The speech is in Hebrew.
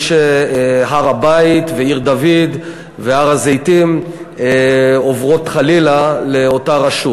שהר-הבית ועיר-דוד והר-הזיתים עוברים לאותה רשות.